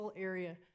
area